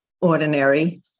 ordinary